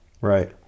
Right